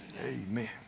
Amen